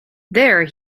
there